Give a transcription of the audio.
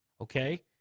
Okay